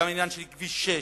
גם העניין של כביש 6,